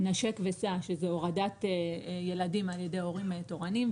'נשק וסע' שזה הורדת ילדים על ידי הורים תורנים,